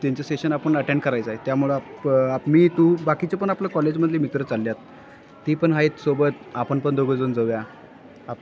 त्यांचं सेशन आपण अटेंड करायचं आहे त्यामुळं आप मी तू बाकीचे पण आपलं कॉलेजमधली मित्र चालले आहेत ती पण आहेत सोबत आपण पण दोघंजण जाऊया आप